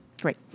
Great